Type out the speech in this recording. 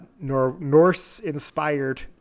Norse-inspired